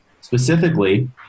Specifically